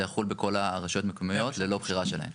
זה יחול בכל הרשויות המקומיות ללא בחירה שלהם.